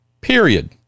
Period